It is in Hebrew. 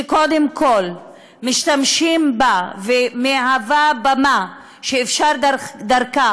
שקודם כול משתמשים בה והיא מהווה במה שאפשר דרכה